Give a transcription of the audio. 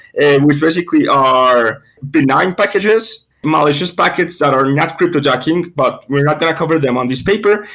and which basically are benign packages, malicious packets that are not cryptojacking, but we're not going to cover them on this paper,